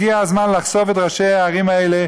הגיע הזמן לחשוף את ראשי הערים האלה,